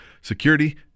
Security